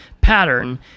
pattern